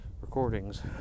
recordings